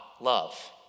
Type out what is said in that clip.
love